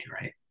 right